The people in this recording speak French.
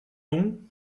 nom